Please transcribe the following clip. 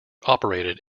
operated